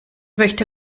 möchte